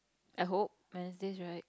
I hope Wednesdays right